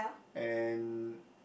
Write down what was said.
and